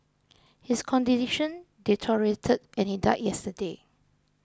his condition deteriorated and he died yesterday